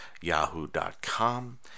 yahoo.com